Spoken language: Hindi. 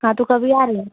हाँ तो कभी आ रहीं हैं